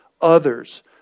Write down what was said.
others